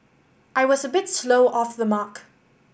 I was a bit slow off the mark